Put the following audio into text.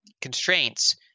constraints